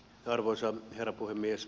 arvoisa herra puhemies